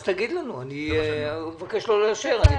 אז תגיד לנו ואני אבקש לא לאשר -- צריך